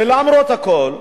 ולמרות הכול,